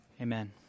Amen